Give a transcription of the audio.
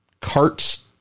carts